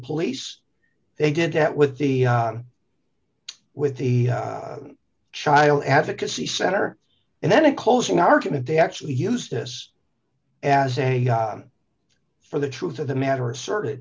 police they did that with the with the child advocacy center and then a closing argument they actually used this as a for the truth of the matter asserted